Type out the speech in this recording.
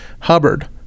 Hubbard